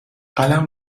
قلم